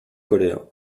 colère